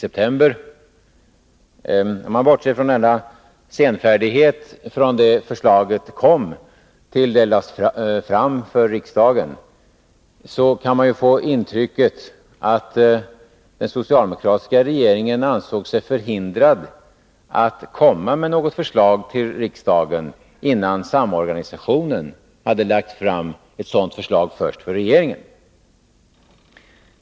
Om man bortser från denna senfärdighet från det att förslaget kom upp till det att förslaget lades fram för riksdagen, kan man ändå få det intrycket att den socialdemokratiska regeringen ansåg sig förhindrad att framlägga ett förslag till riksdagen, innan samorganisationen hade lagt fram ett sådant förslag för regeringen.